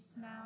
now